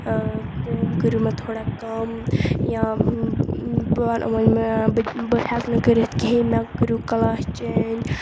کٲم کٔرِو مےٚ تھوڑا کَم یا بہٕ وَنہٕ یِمَن نہ بہٕ بہٕ ہٮ۪کہٕ نہٕ کٔرِتھ کِہیٖنۍ مےٚ کٔرِو کَلاس چینٛج